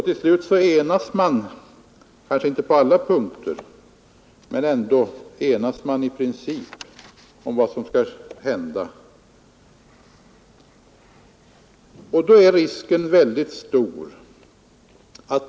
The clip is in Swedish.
Till slut enas man — kanske inte på alla punkter men i princip — om vad som skall hända.